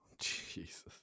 Jesus